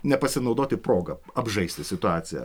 nepasinaudoti proga apžaisti situaciją